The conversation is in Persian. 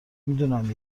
میدونم